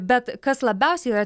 bet kas labiausiai yra